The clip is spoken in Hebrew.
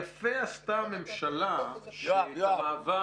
יפה עשתה הממשלה שאת המעבר --- יואב,